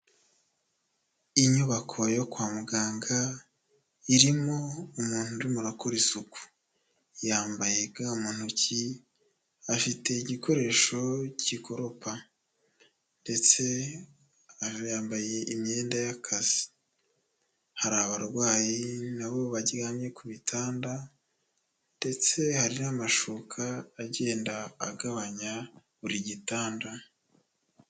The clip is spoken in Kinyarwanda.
Inyubako yo kwa muganga irimo umuntu urimo arakora isuku, yambaye ga mu ntoki, afite igikoresho gikoropa ndetse yambaye imyenda y'akazi, hari abarwayi nabo baryamye ku bitanda ndetse hari n'amashuka agenda agabanya buri gitanda.